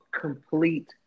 complete